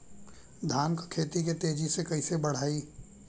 धान क खेती के तेजी से कइसे बढ़ाई?